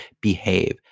behave